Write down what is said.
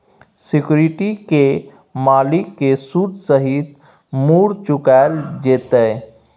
security केर मालिक केँ सुद सहित मुर चुकाएल जेतै